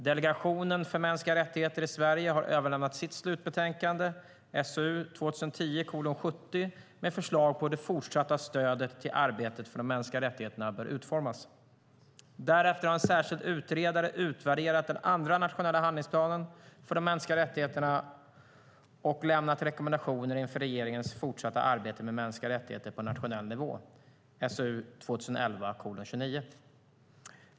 Delegationen för mänskliga rättigheter i Sverige har överlämnat sitt slutbetänkande, SOU 2010:70, med förslag på hur det fortsatta stödet till arbetet för de mänskliga rättigheterna bör utformas. Därefter har en särskild utredare utvärderat den andra nationella handlingsplanen för de mänskliga rättigheterna och lämnat rekommendationer inför regeringens fortsatta arbete med mänskliga rättigheter på nationell nivå, SOU 2011:29.